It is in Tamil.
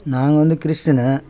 நாங்கள் வந்து கிறிஸ்டின்னு